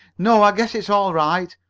no, i guess it's all right,